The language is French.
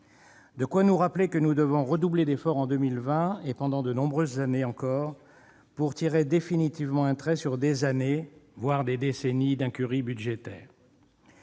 encore qu'ailleurs. Nous devrons redoubler d'efforts, en 2020 et pendant de nombreuses années encore, pour pouvoir tirer définitivement un trait sur des années, voire des décennies, d'incurie budgétaire.